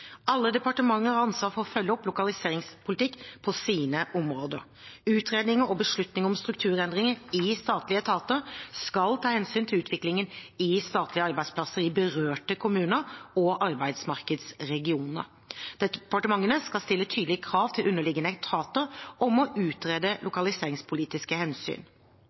Alle departementer har ansvar for å følge opp lokaliseringspolitikken på sine områder. Utredninger og beslutninger om strukturendringer i statlige etater skal ta hensyn til utviklingen i statlige arbeidsplasser i berørte kommuner og arbeidsmarkedsregioner. Departementene skal stille tydelige krav til underliggende etater om å utrede lokaliseringspolitiske hensyn.